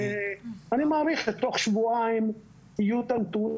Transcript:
אני מעריך שתוך שבועיים יהיו נתונים,